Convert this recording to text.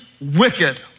wicked